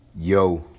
Yo